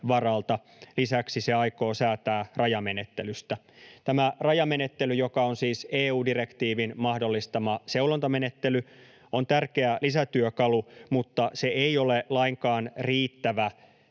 Lisäksi se aikoo säätää rajamenettelystä. Tämä rajamenettely, joka on siis EU-direktiivin mahdollistama seulontamenettely, on tärkeä lisätyökalu, mutta se ei ole lainkaan riittävä